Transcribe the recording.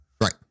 Right